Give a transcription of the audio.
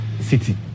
city